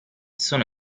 sono